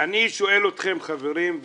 שואל אתכם חברים,